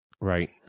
Right